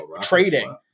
trading